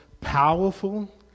powerful